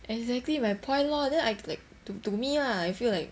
exactly my point lor then I like to to me lah I feel like